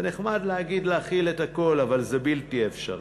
זה נחמד להגיד להכיל את הכול, אבל זה בלתי אפשרי.